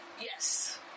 Yes